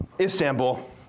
Istanbul